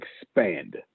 expand